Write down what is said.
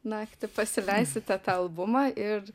naktį pasileisite tą albumą ir